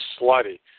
slutty